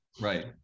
Right